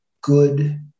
good